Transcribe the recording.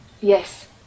Yes